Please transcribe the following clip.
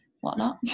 whatnot